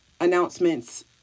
announcements